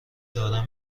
دارم